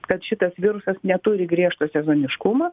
kad šitas virusas neturi griežto sezoniškumo